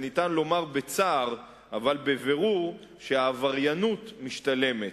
וניתן לומר בצער אבל בבירור שהעבריינות משתלמת,